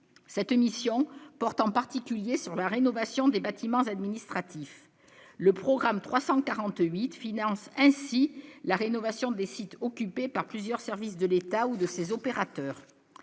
cette émission porte en particulier sur la rénovation des bâtiments administratifs, le programme 348 finance ainsi la rénovation des sites occupés par plusieurs services de l'État ou de ces opérateurs,